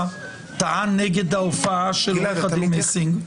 טען נגד ההופעה של עורך הדין מסינג.